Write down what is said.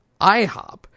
IHOP